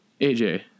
AJ